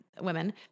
women